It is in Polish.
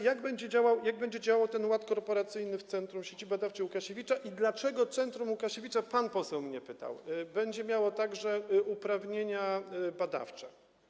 Jak będzie działał ten ład korporacyjny w centrum Sieci Badawczej: Łukasiewicz i dlaczego Centrum Łukasiewicz - pan poseł mnie pytał - będzie miało także uprawnienia badawcze?